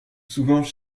souvent